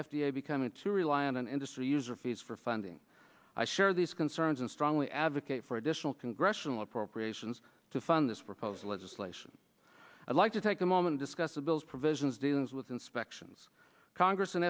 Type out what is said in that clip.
a becoming to rely on an industry user fees for funding i share these concerns and strongly advocate for additional congressional appropriations to fund this proposed legislation i'd like to take a moment discuss the bill's provisions dealings with inspections congress